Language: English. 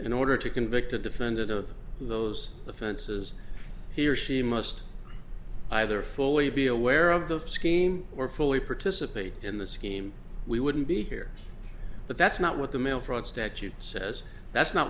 in order to convict a defendant of those offenses he or she must either fully be aware of the scheme or fully participate in the scheme we wouldn't be here but that's not what the mail fraud statute says that's not